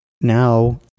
Now